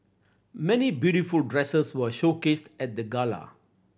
many beautiful dresses were showcased at the gala